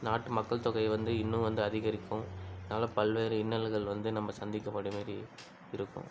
நாட்டு மக்கள் தொகையை வந்து இன்னும் வந்து அதிகரிக்கும் அதனால் பல்வேறு இன்னல்கள் வந்து நம்ப சந்திக்கப்படும் மாரி இருக்கும்